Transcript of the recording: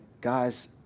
guys